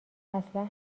اصلن